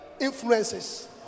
Influences